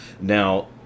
Now